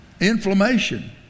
Inflammation